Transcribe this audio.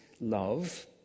love